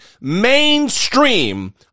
mainstream